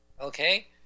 Okay